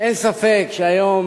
אין ספק שהיום